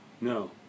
No